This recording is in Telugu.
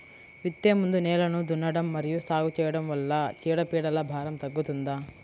విత్తే ముందు నేలను దున్నడం మరియు సాగు చేయడం వల్ల చీడపీడల భారం తగ్గుతుందా?